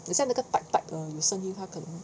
等下那个 tap tap 有声音他可能